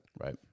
Right